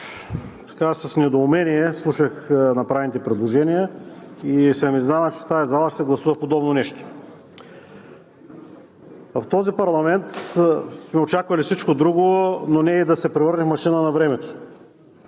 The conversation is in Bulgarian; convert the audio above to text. С недоумение слушах направените предложения и съм изненадан, че в тази зала ще се гласува подобно нещо. В този парламент сме очаквали всичко друго, но не и да се превърнем в машина на времето.